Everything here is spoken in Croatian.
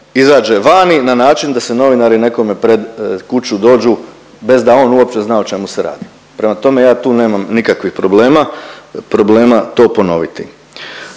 izađe vani na način da se novinari nekome pred kuću dođu bez da on uopće zna o čemu se radi. Prema tome, ja tu nemam nikakvih problema to ponoviti.